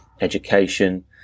education